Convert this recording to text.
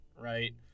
right